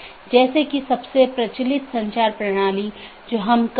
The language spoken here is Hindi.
तो मैं AS1 से AS3 फिर AS4 से होते हुए AS6 तक जाऊँगा या कुछ अन्य पाथ भी चुन सकता हूँ